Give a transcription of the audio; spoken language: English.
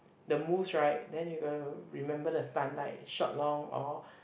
the moose right then you gotta remember the stunt like short long or